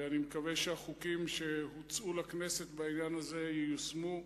ואני מקווה שהחוקים שהוצעו לכנסת בעניין הזה ייושמו,